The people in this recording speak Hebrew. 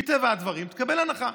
מטבע הדברים תקבל הנחה.